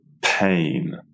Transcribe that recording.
pain